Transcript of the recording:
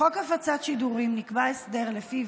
בחוק הפצת שידורים נקבע הסדר שלפיו